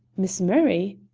miss murray?